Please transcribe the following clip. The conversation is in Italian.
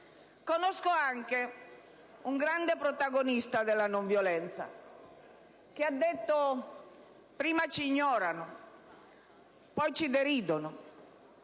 Conosco anche un grande protagonista della non violenza, che ha detto: «Prima ci ignorano, poi ci deridono,